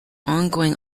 ongoing